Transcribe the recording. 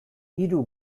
hiru